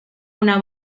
una